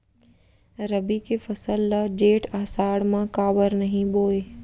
रबि के फसल ल जेठ आषाढ़ म काबर नही बोए?